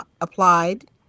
applied